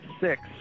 six